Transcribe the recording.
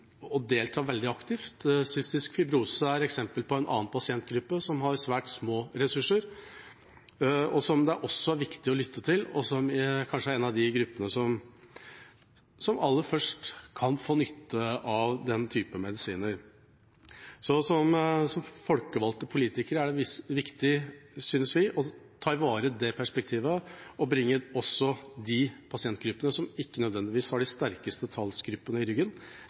delta veldig aktivt. Cystisk fibrose-pasienter er et eksempel på en pasientgruppe som har svært små ressurser, og som det også er viktig å lytte til, og som kanskje er en av de gruppene som aller først kan få nytte av den type medisiner. Som folkevalgte politikere er det viktig, synes vi, å bringe det perspektivet til torgs, slik at også de pasientgruppene som ikke nødvendigvis har de sterkeste talsgruppene i ryggen,